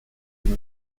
ihm